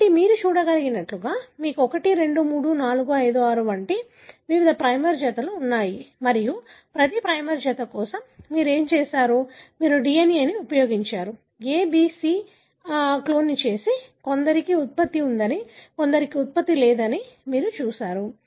కాబట్టి మీరు ఇక్కడ చూడగలిగినట్లుగా మీకు 1 2 3 4 5 6 వంటి వివిధ ప్రైమర్ జతలు ఉన్నాయి మరియు ప్రతి ప్రైమర్ జత కోసం మీరు ఏమి చేసారు మీరు DNA ను ఉపయోగించారు A B లేదా C క్లోన్ చేసి కొందరికి ఉత్పత్తి ఉందని కొందరికి ఉత్పత్తి లేదని మీరు చూశారు